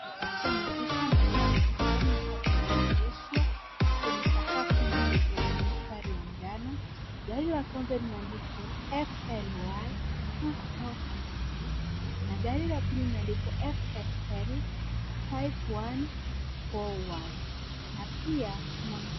Katika maegesho ya magari, kuna magari matatu yaliyoegeshwa kwenye sakafu nyeupe yenye mistari ya njano. Gari la kwanza limeandikwa FLY 2468 na gari la pili limeandikwa FSL 5141 na pia kuna.